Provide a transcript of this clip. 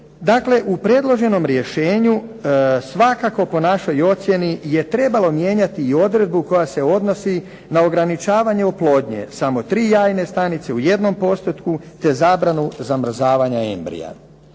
Dakle, u predloženom rješenju svakako, po našoj ocjeni, je trebalo mijenjati i odredbu koja se odnosi na ograničavanje oplodnje, samo tri jajne stanice u jednom postotku te zabranu zamrzavanja embrija.